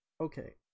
Okay